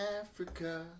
Africa